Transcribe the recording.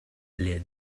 les